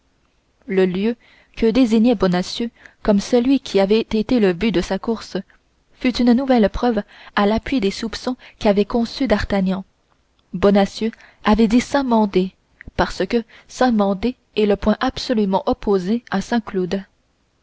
le lieu que désignait bonacieux comme celui qui avait été le but de sa course fut une nouvelle preuve à l'appui des soupçons qu'avait conçus d'artagnan bonacieux avait dit saint-mandé parce que saint-mandé est le point absolument opposé à saint-cloud